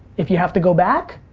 if you have to go back,